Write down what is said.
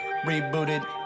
rebooted